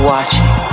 Watching